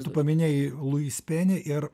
tu paminėjai luis peni ir